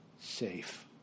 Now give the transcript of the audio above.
safe